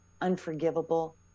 unforgivable